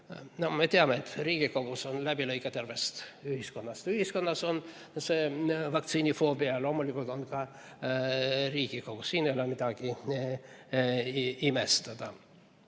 Me teame, et Riigikogus on läbilõige tervest ühiskonnast. Ühiskonnas on vaktsiinifoobia ja loomulikult on see ka Riigikogus, siin ei ole midagi imestada.